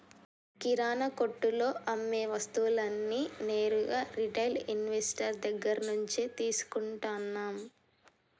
కిరణా కొట్టులో అమ్మే వస్తువులన్నీ నేరుగా రిటైల్ ఇన్వెస్టర్ దగ్గర్నుంచే తీసుకుంటన్నం